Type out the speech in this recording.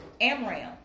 Amram